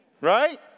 Right